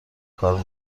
کار